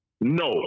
No